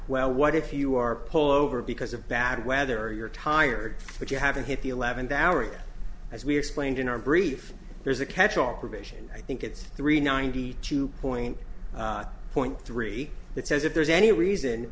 well what if you are pull over because of bad weather or you're tired but you haven't hit the eleventh hour as we explained in our brief there's a catch all provision i think it's three ninety two point zero point three it says if there's any reason